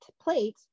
plate